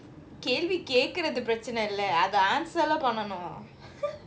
கேள்வி கேக்குறது பிரச்சனை இல்ல அத:kelvi kekkurathu pirachanai illa atha answer [keh] பண்ணனும்:pannanum